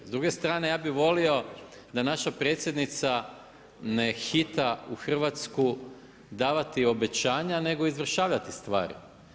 S druge strane ja bih volio da naša predsjednica ne hita u Hrvatsku davati obećanja nego izvršavati stvari.